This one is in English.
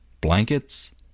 blankets